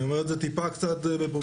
אני אומר את זה טיפה קצת בציניות,